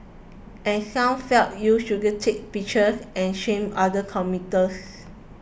and some felt you shouldn't take pictures and shame other commuters